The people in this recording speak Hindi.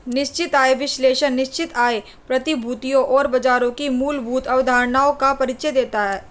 निश्चित आय विश्लेषण निश्चित आय प्रतिभूतियों और बाजारों की मूलभूत अवधारणाओं का परिचय देता है